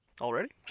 already